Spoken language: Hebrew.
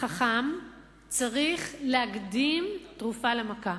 חכם צריך להקדים תרופה למכה,